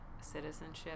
Citizenship